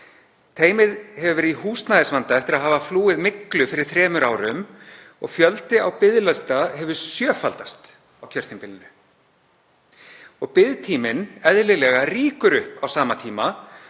Teymið hefur verið í húsnæðisvanda eftir að hafa flúið myglu fyrir þremur árum og fjöldi á biðlista hefur sjöfaldast á kjörtímabilinu og biðtíminn rýkur eðlilega upp á sama tíma,